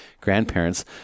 grandparents